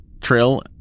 Trill